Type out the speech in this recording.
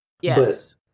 Yes